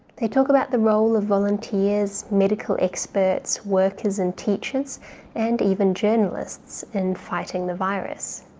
they talk about the role of volunteers, medical experts, workers and teachers and even journalists in fighting the virus.